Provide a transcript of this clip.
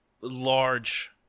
large